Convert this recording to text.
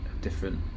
different